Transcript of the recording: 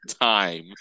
time